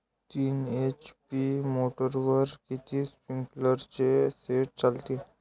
तीन एच.पी मोटरवर किती स्प्रिंकलरचे सेट चालतीन?